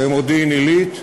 במודיעין-עילית.